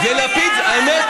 והאמת,